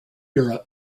era